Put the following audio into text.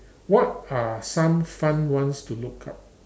what are some fun ones to look up